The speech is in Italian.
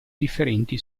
differenti